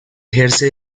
ejerce